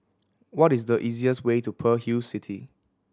what is the easiest way to Pearl Hill City